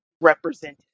represented